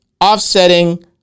offsetting